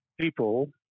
people